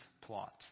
plot